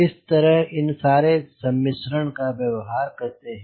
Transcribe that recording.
इस तरह इन सारे सम्मिश्रण का व्यवहार करते हैं